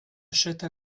achète